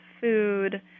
food